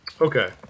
Okay